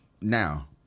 Now